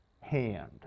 hand